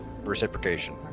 reciprocation